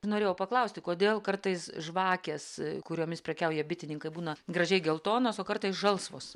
norėjau paklausti kodėl kartais žvakės kuriomis prekiauja bitininkai būna gražiai geltonos o kartais žalsvos